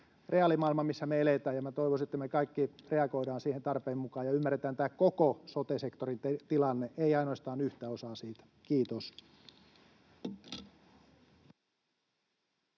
reaalimaailma, missä me eletään. Minä toivoisin, että me kaikki reagoidaan siihen tarpeen mukaan ja ymmärretään koko sote-sektorin tilanne, ei ainoastaan yhtä osaa siitä. — Kiitos.